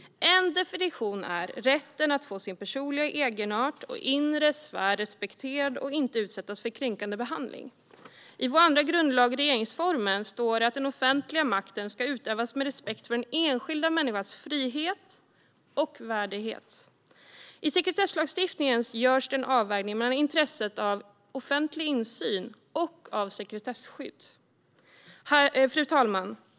En definition är rätten att få sin personliga egenart och inre sfär respekterad och inte utsättas för kränkande behandling. I vår andra grundlag regeringsformen står det: "Den offentliga makten ska utövas med respekt för alla människors lika värde och för den enskilda människans frihet och värdighet." I sekretesslagstiftningen görs det en avvägning mellan intresset av offentlig insyn och av sekretesskydd. Fru talman!